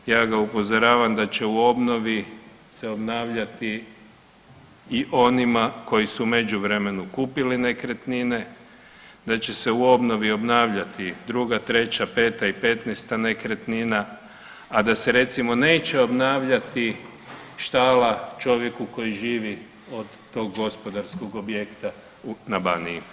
Ja ga upozoravam da će u obnovi se obnavljati i onima koji su u međuvremenu kupili nekretnine, da će se u obnovi obnavljati 2, 3, 5 i 15 nekretnina, a da se recimo neće obnavljati štala čovjeku koji živi od tog gospodarskog objekta na Baniji.